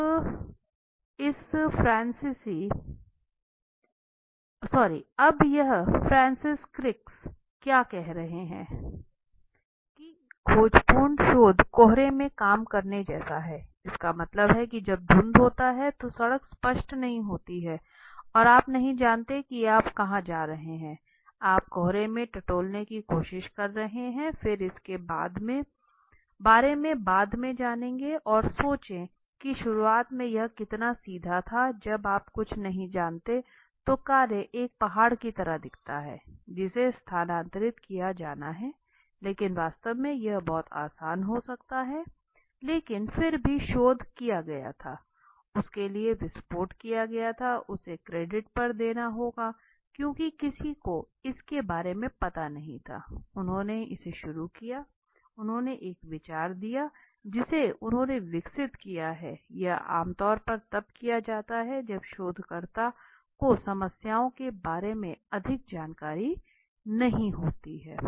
अब यह Francis Crick क्या कह रहे है कि खोजपूर्ण शोध कोहरे में काम करने जैसा है इसका मतलब है कि जब धुंध होता है तो सड़क स्पष्ट नहीं होती है आप नहीं जानते कि आप कहाँ जा रहे हैं आप कोहरे में टटोलने की कोशिश कर रहे हैं फिर इसके बारे में बाद में जानेंगे और सोचें कि शुरुआत में यह कितना सीधा था जब आप कुछ नहीं जानते तो कार्य एक पहाड़ की तरह दिखता है जिसे स्थानांतरित किया जाना है लेकिन वास्तव में यह बहुत आसान हो सकता है लेकिन फिर भी शोध किया गया था उसके लिए विस्फोट किया गया था उसे क्रेडिट पर देना होगा क्योंकि किसी को इसके बारे में पता नहीं था उन्होंने इसे शुरू किया उन्होंने एक विचार दिया है जिसे उन्होंने विकसित किया है यह आमतौर पर तब किया जाता है जब शोधकर्ता को समस्याओं के बारे में अधिक जानकारी नहीं होती है